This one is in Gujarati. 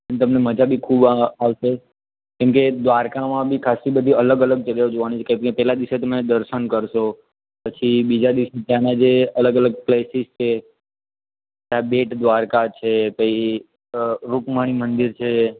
અને તમને મજા બી ખૂબ આવશે કેમકે દ્વારકામાં બી ખાસી અલગ અલગ જગ્યાઓ જોવાની છે કેમકે પહેલાં દિવસે તમે દર્શન કરશો પછી બીજા દિવસે ત્યાંના જે અલગ અલગ પ્લેસીસ છે ત્યાં બેટ દ્વારક છે પછી રૂકમણી મંદિર છે